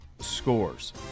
scores